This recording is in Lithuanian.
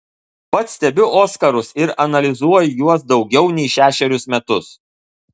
pats stebiu oskarus ir analizuoju juos daugiau nei šešerius metus